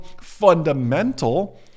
fundamental